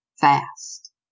fast